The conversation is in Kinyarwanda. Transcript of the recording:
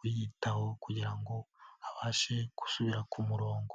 uyitaho kugira ngo abashe gusubira ku murongo.